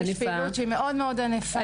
יש פעילות שהיא מאוד מאוד ענפה.